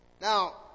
Now